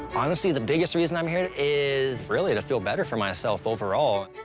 honestly, the biggest reason i'm here, is really to feel better for myself overall.